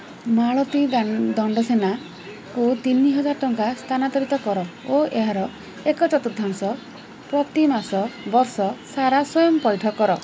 ମାଳତୀ ଦଣ୍ଡସେନାଙ୍କୁ ତିନିହାଜର ଟଙ୍କା ସ୍ଥାନାନ୍ତରିତ କର ଓ ଏହାର ଏକ ଚତୁର୍ଥାଂଶ ପ୍ରତିମାସ ବର୍ଷ ସାରା ସ୍ଵୟଂ ପଇଠ କର